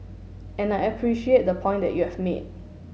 and I appreciate the point that you've made